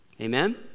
amen